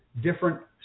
different